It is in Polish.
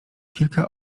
kilka